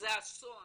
זה אסון